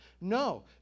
No